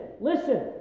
listen